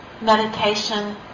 meditation